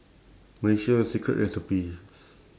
malaysia secret recipe